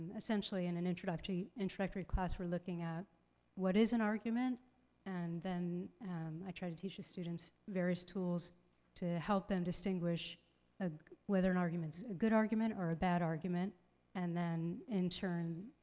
essentially in an introductory introductory class, we're looking at what is an argument and then i try to teach the students various tools to help them distinguish ah whether an argument's a good argument or a bad argument and then, in turn,